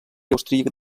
austríac